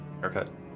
haircut